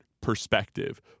perspective